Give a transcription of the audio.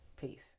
Peace